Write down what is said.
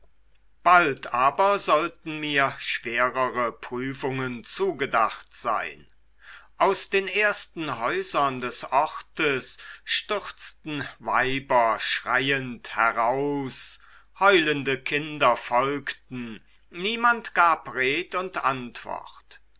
bald aber sollten mir schwerere prüfungen zugedacht sein aus den ersten häusern des ortes stürzten weiber schreiend heraus heulende kinder folgten niemand gab red und antwort